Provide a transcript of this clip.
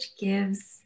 gives